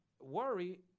worry